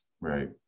Right